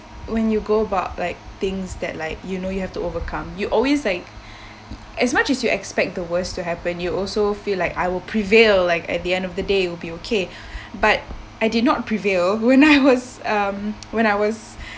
when you go about like things that like you know you have to overcome you always like as much as you expect the worst to happen you also feel like I will prevail like at the end of the day you will be okay but I did not prevail when I was um when I was